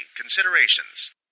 Considerations